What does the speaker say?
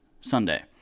Sunday